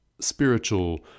spiritual